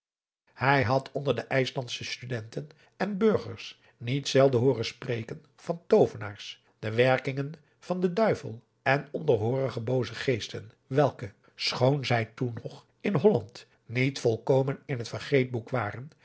hij had onder de ijslandsche studenten en burgers niet zelden hooren spreken van toovenaars de werkingen van den duivel en onderhoorige booze geesten welke schoon zij toen nog in holland niet volkomen in het vergeetboek waren